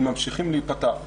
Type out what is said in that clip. הם ממשיכים להיפתח.